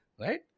Right